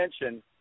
attention